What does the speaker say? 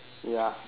ya